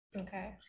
okay